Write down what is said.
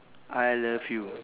I love you